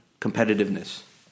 competitiveness